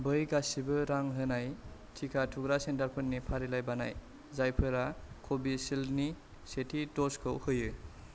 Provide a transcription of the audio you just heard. बै गासिबो रां होनाय टिका थुग्रा सेन्टारफोरनि फारिलाइ बानाय जायफोरा कविसिल्दनि सेथि द'जखौ होयो